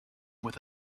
with